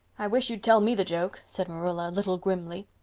i wish you'd tell me the joke, said marilla, a little grimly.